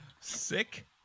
Sick